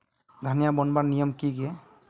धनिया बूनवार नियम की गे?